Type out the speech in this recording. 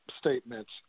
Statements